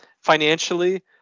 financially